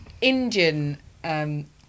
Indian